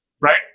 Right